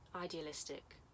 idealistic